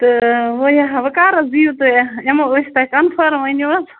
تہٕ ؤنِو ہا وۄنۍ کَر حظ دِیِو تُہۍ یِمو أسۍ تۄہہِ کَنفٲرٕم ؤنِو حظ